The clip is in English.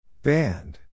Band